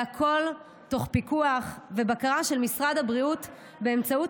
והכול תוך פיקוח ובקרה של משרד הבריאות באמצעות